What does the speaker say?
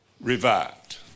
revived